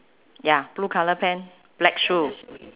ya blue colour pant black shoe